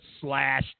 slash